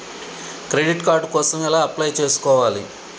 Credit card కోసం ఎలా apply చేసుకోవాలి?